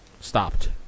stopped